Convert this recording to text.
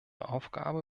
aufgabe